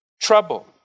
trouble